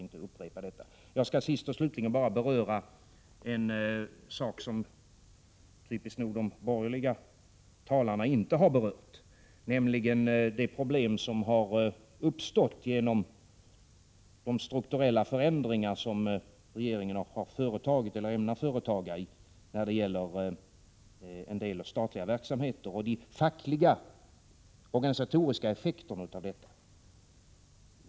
Sist och slutligen skall jag bara beröra en sak, som, typiskt nog, de borgerliga talarna inte har berört, nämligen det problem som har uppstått till följd av de strukturella förändringar som regeringen har företagit eller ämnar företa när det gäller en del statliga verksamheter och de fackliga organisatoriska effekterna av detta.